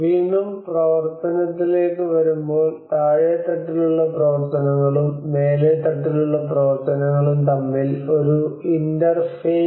വീണ്ടും പ്രവർത്തനത്തിലേക്ക് വരുമ്പോൾ താഴേത്തട്ടിലുള്ള പ്രവർത്തനങ്ങളും മേലെ തട്ടിലുള്ള പ്രവർത്തനങ്ങളും തമ്മിൽ ഒരു ഇന്റർഫേസ്